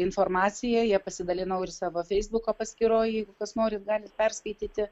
informaciją ja pasidalinau ir savo feisbuko paskyroj jeigu kas nori gali perskaityti